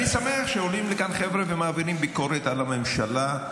אני שמח שעולים לכאן חבר'ה ומעבירים ביקורת על הממשלה,